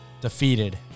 defeated